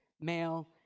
male